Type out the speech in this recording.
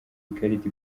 ikarita